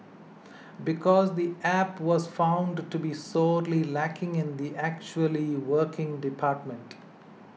because the App was found to be sorely lacking in the actually working department